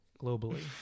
Globally